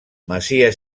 masia